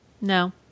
No